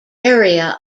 area